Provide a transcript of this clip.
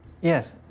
Yes